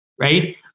right